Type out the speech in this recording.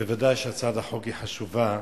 ודאי שהצעת החוק היא חשובה.